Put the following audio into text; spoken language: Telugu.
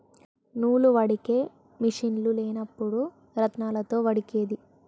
నూలు వడికే మిషిన్లు లేనప్పుడు రాత్నాలతో వడికేది